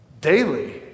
daily